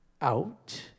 Out